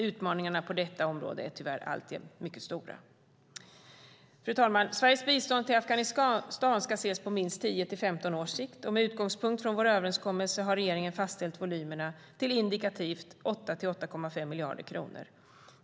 Utmaningarna på detta område är tyvärr alltjämt mycket stora. Fru talman! Sveriges bistånd till Afghanistan ska ses på minst 10-15 års sikt, och med utgångspunkt från vår överenskommelse har regeringen fastställt volymerna till indikativt 8-8,5 miljarder kronor.